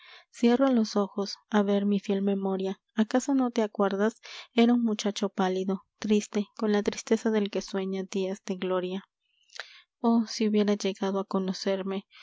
cierro los ojos a ver mi fiel memoria acaso no te acuerdas era un muchacho pálido triste con la tristeza del que sueña días de gloria oh si hubiera llegado a conocerme